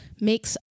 makes